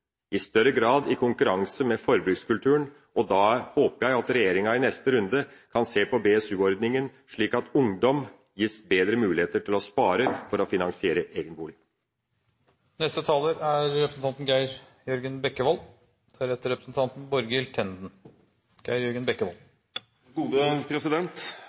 i større grad i konkurranse med forbrukskulturen. Da håper jeg at regjeringa i neste runde kan se på BSU-ordninga, slik at ungdom gis bedre muligheter til å spare for å finansiere egen